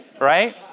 right